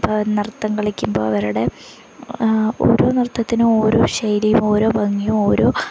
അപ്പോള് നൃത്തം കളിക്കുമ്പോള് അവരുടെ ഓരോ നൃത്തത്തിനും ഓരോ ശൈലിയും ഓരോ ഭംഗിയും ഓരോ